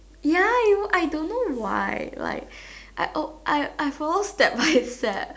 ya you know I don't know why like I I I follow step by step